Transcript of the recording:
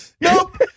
nope